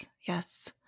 Yes